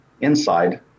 inside